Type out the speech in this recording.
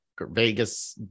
Vegas